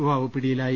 യുവാവ് പിടിയിലായി